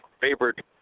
favored